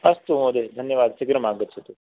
अस्तु महोदय धन्यवादः शीघ्रमागच्छतु